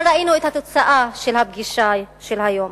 אבל ראינו את התוצאה של הפגישה של היום.